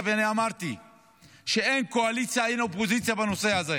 ואמרתי שאין קואליציה ואין אופוזיציה בנושא הזה.